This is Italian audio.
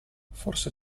forse